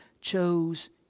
chose